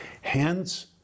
Hence